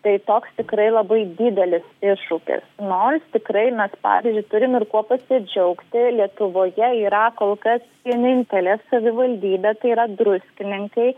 tai toks tikrai labai didelis iššūkis nors tikrai mes pavyzdžiui turim ir kuo pasidžiaugti lietuvoje yra kol kas vienintelė savivaldybė tai yra druskininkai